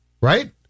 right